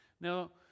Now